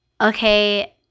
okay